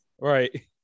Right